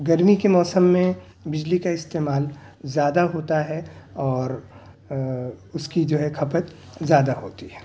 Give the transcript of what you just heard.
گرمی کے موسم میں بجلی کا استعمال زیادہ ہوتا ہے اور اس کی جو ہے کھپت زیادہ ہوتی ہے